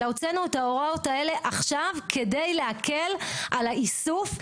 אלא הוצאנו את הוראות האלה עכשיו כדי להקל על האיסוף,